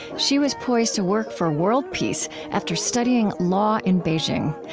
she was poised to work for world peace after studying law in beijing,